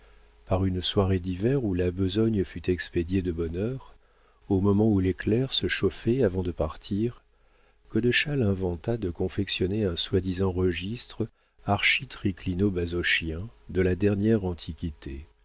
par une soirée d'hiver où la besogne fut expédiée de bonne heure au moment où les clercs se chauffaient avant de partir godeschal inventa de confectionner un soi-disant registre architriclino basochien de la dernière antiquité